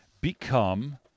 become